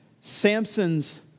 Samson's